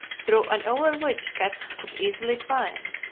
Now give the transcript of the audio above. through and over which cats could easily climb,